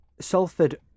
Salford